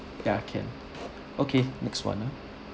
ya can okay next one ah